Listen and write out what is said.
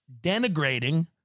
denigrating